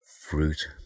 fruit